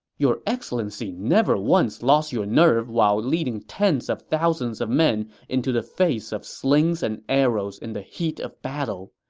your excellency never once lost your nerve while leading tens of thousands of men into the face of slings and arrows in the heat of battle.